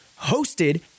hosted